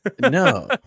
no